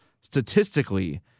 statistically